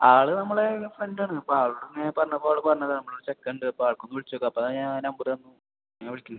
ആൾ നമ്മളെ ഫ്രണ്ടാണ് അപ്പോൾ അവിടുന്ന് പറഞ്ഞ പോലെ പറഞ്ഞതാണ് നമ്മൾ ചെക്കുണ്ട് ആൾക്കൊന്ന് വിളിച്ച് നോക്ക് അപ്പോൾ ഞാൻ നമ്പറ് തന്നു നിങ്ങളെ വിളിക്കുന്ന്